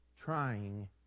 trying